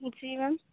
ਜੀ ਮੈਮ